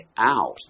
out